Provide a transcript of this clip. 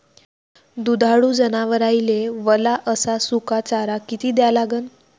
दुधाळू जनावराइले वला अस सुका चारा किती द्या लागन?